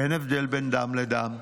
אין הבדל בין דם לדם.